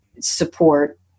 support